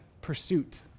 pursuit